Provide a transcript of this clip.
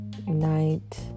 Night